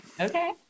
Okay